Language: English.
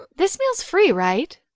this meal's free, right?